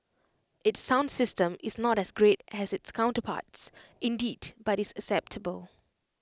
its sound system is not as great as its counterparts indeed but IT is acceptable